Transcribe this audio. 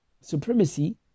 supremacy